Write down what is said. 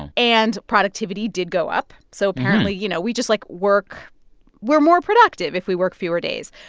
and and productivity did go up. so, apparently, you know, we just, like, work we're more productive if we work fewer days.